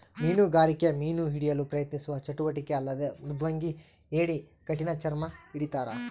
ಮೀನುಗಾರಿಕೆ ಮೀನು ಹಿಡಿಯಲು ಪ್ರಯತ್ನಿಸುವ ಚಟುವಟಿಕೆ ಅಲ್ಲದೆ ಮೃದಂಗಿ ಏಡಿ ಕಠಿಣಚರ್ಮಿ ಹಿಡಿತಾರ